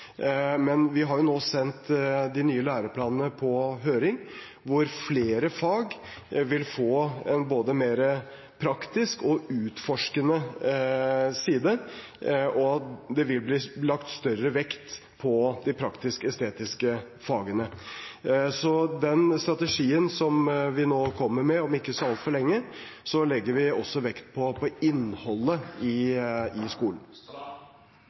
men vi har nå sendt de nye læreplanene på høring, der flere fag vil få en mer praktisk og utforskende side, og det vil bli lagt større vekt på de praktiske og estetiske fagene. Så i strategien vi kommer med om ikke så altfor lenge, legger vi også vekt på innholdet i skolen.